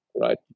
right